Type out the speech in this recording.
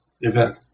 event